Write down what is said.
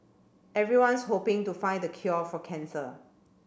everyone's hoping to find the cure for cancer